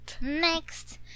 Next